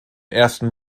ersten